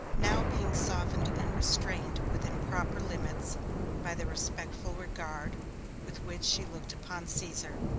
now being softened and restrained within proper limits by the respectful regard with which she looked upon caesar,